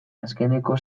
azkeneko